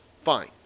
Fine